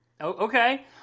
Okay